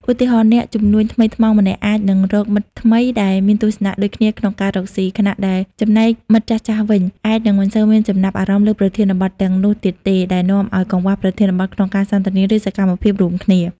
ឧទាហរណ៍ អ្នកជំនួញថ្មីថ្មោងម្នាក់អាចនឹងរកមិត្តថ្មីដែលមានទស្សនៈដូចគ្នាក្នុងការរកស៊ី ខណៈដែលចំណែកមិត្តចាស់ៗវិញ អាចនឹងមិនសូវមានចំណាប់អារម្មណ៍លើប្រធានបទទាំងនោះទៀតទេ ដែលនាំឱ្យកង្វះប្រធានបទក្នុងការសន្ទនា ឬសកម្មភាពរួមគ្នា។